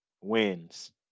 wins